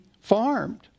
farmed